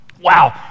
wow